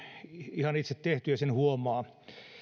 ihan itse tehty ja sen huomaa